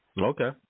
Okay